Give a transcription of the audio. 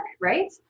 Right